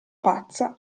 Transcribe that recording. pazza